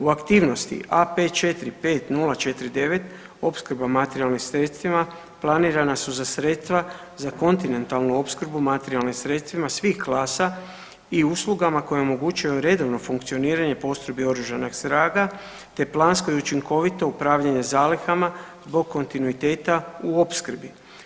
U aktivnosti A545049 opskrba materijalnim sredstvima planirana su za sredstva za kontinentalnu opskrbu materijalnim sredstvima svih klasa i uslugama koje omogućuju redovno funkcioniranje postrojbi oružanih snaga, te plansko i učinkovito upravljanje zalihama zbog kontinuiteta u opskrbi.